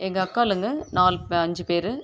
எங்கள் அக்காளுங்க நாலு அஞ்சு பேர்